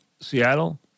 Seattle